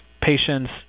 patients